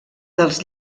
dels